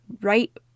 right